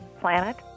planet